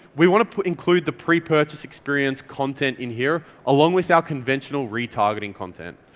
we want to put include the pre-purchase experience content in here along with our conventional retargeting content.